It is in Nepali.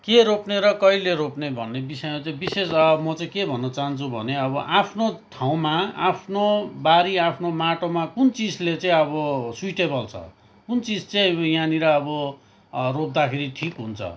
के रोप्ने र कहिले रोप्ने भन्ने विषयमा चाहिँ विशेष म चाहिँ के भन्न चाहन्छु भने अब आफ्नो ठाउँमा आफ्नो बारी आफ्नो माटोमा कुन चिजले चाहिँ अब सुइटेबल छ कुन चिज चाहिँ यहाँनिर अब रोप्दाखेरि ठिक हुन्छ